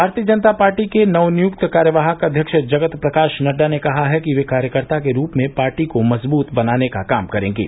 भारतीय जनता पार्टी के नवनियुक्त कार्यवाहक अध्यक्ष जगत प्रकाश नड्डा ने कहा है कि वे कार्यकर्ता के रूप में पार्टी को मजबूत बनाने का काम करेंगे